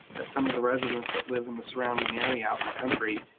that some of the residents that live in the surrounding area out in the country,